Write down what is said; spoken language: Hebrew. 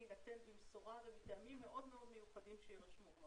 יינתן במשורה ומטעמים מאוד-מאוד מיוחדים שיירשמו.